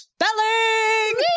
Spelling